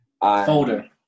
folder